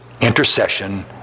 intercession